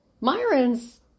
Myron's